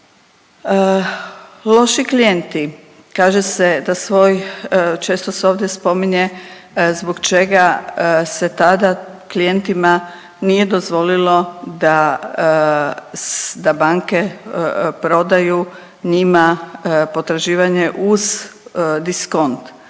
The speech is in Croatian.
Loši klijenti, kaže se da svoj, često se ovdje spominje zbog čega se tada klijentima nije dozvolilo da banke prodaju njima potraživanje uz diskont